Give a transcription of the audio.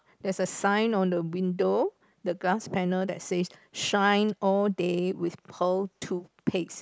there's a sign on the window the glass panel that says shine all day with pearl toothpaste